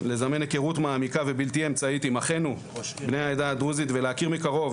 לזמן היכרות מעמיקה ובלתי אמצעית עם אחינו בני העדה הדרוזית ולהכיר מקרוב